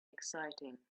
exciting